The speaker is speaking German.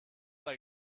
bei